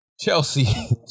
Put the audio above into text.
Chelsea